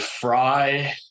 fry